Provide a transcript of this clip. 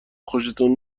خوشتون